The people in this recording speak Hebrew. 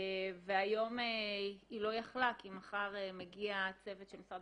והיום היא לא יכלה כי מחר מגיע צוות של משרד